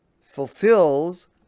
fulfills